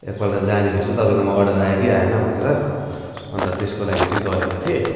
एक पल्ट जानी हेर्छु तपाईँकोमा अडर आयो कि आएन भनेर अन्त त्यसको लागि चाहिँ गरेको थिएँ